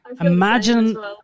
Imagine